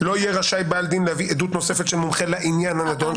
"לא יהיה רשאי בעל דין להביא עדות נוספת של מומחה לעניין הנדון",